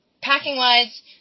packing-wise